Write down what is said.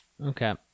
Okay